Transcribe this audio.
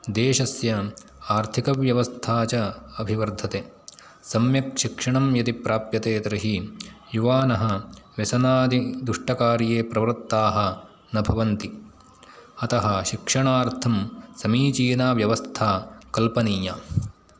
देशस्य आर्थिकव्यवस्था च अभिवर्धते सम्यक्शिक्षणं यदि प्राप्यते तर्हि युवानः व्यसनादिदुष्टकार्ये प्रवृत्ताः न भवन्ति अतः शिक्षणार्थं समीचीना व्यवस्था कल्पनीया